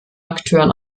akteuren